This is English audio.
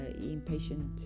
impatient